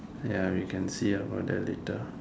ya we can see about that later